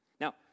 Now